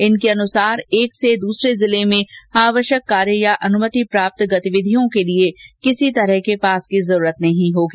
इनके अनुसार एक से दूसरे जिले में आवश्यक कार्य या अनुमति प्राप्त गतिविधियों के लिए किसी पास की जरूरत नहीं होगी